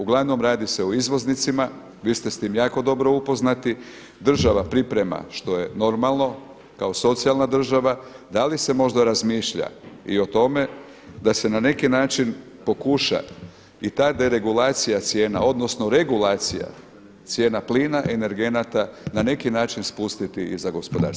Uglavnom radi se o izvoznicima, vi ste s tim jako dobro upoznati, država priprema što je normalno kao socijalna država, da li se možda razmišlja i o tome da se na neki način pokuša i ta deregulacija cijena odnosno regulacija cijena plina, energenata na neki način spustiti i za gospodarstvenike.